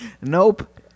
Nope